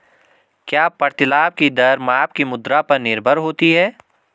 क्या प्रतिलाभ की दर माप की मुद्रा पर निर्भर होती है?